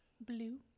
Blue